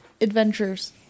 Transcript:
adventures